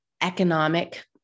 economic